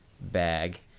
bag